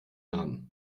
namen